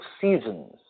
seasons